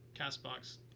CastBox